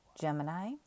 Gemini